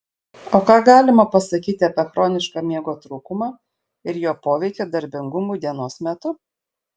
o ką galima pasakyti apie chronišką miego trūkumą ir jo poveikį darbingumui dienos metu